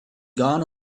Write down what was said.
gone